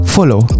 Follow